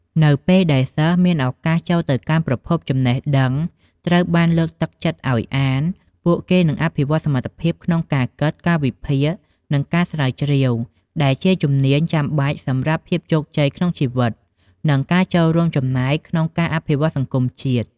នៅពេលដែលសិស្សមានឱកាសចូលទៅកាន់ប្រភពចំណេះដឹង ត្រូវបានលើកទឹកចិត្តឱ្យអាន ពួកគេនឹងអភិវឌ្ឍសមត្ថភាពក្នុងការគិត ការវិភាគ និងការស្រាវជ្រាវ ដែលជាជំនាញចាំបាច់សម្រាប់ភាពជោគជ័យក្នុងជីវិត និងការចូលរួមចំណែកក្នុងការអភិវឌ្ឍសង្គមជាតិ។